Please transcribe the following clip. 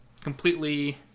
completely